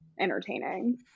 entertaining